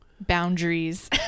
Boundaries